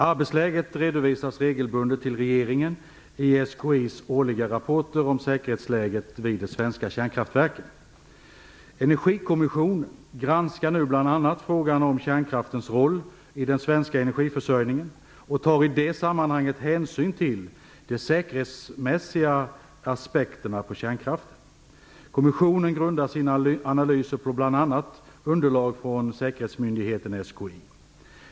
Arbetsläget redovisas regelbundet till regeringen i SKI:s årliga rapporter om säkerhetsläget vid de svenska kärnkraftverken. Energikommissionen granskar nu bl.a. frågan om kärnkraftens roll i den svenska energiförsörjningen och tar i det sammanhanget hänsyn till de säkerhetsmässiga aspekterna på kärnkraften. Kommissionen grundar sina analyser på bl.a. underlag från säkerhetsmyndigheten SKI.